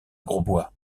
grosbois